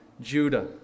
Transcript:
Judah